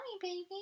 baby